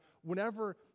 Whenever